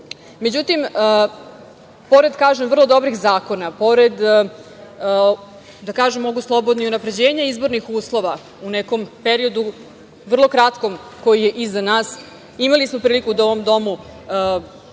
Srbije.Međutim, pored vrlo dobrih zakona, pored i unapređenja izbornih uslova u nekom periodu vrlo kratkom koji je iza nas, imali smo priliku u ovom domu da napravimo